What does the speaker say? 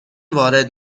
وارد